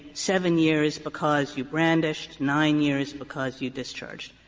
seven years because you brandished, nine years because you discharged.